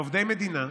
מעובדי מדינה.